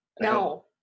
No